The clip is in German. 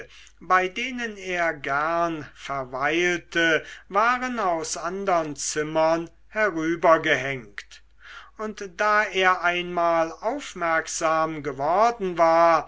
bei denen er gern verweilte waren aus andern zimmern herübergehängt und da er einmal aufmerksam geworden war